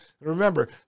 Remember